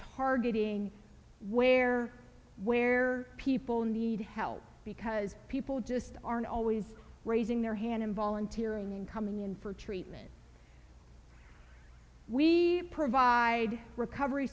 targeting where where people need help because people just aren't always raising their hand in volunteering and coming in for treatment we provide recovery